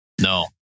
No